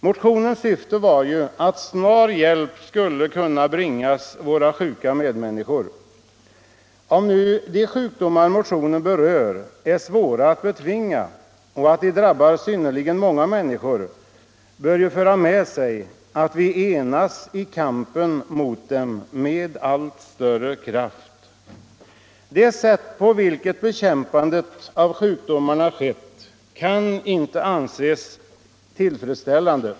Motionen syftar till att snar hjälp skall kunna bringas våra sjuka medmänniskor. Att de sjukdomar motionen berör är svåra att betvinga och att de drabbar synnerligen många människor bör ju medföra att vi enas i kampen mot dem med allt större kraft. Det sätt på vilket bekämpandet av sjukdomarna skett kan inte anses tillfredsställande.